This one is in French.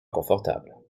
confortables